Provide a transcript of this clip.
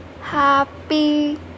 happy